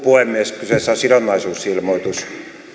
puhemies kyseessä on sidonnaisuusilmoitus